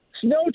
snow